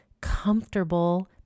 comfortable